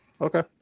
Okay